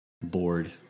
bored